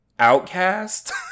Outcast